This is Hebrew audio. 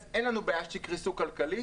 אז אין לנו בעיה שתקרסו כלכלית.